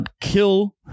kill